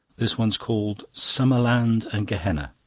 this one's called summer land and gehenna